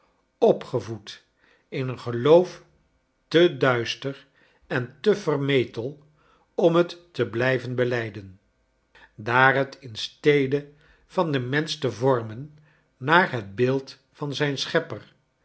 opgevoed in een geloof te duister en te vermetel om het te blijven belijden daar het in stede van den mensch te vormen naar het beeld van zijn schepper